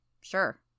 Sure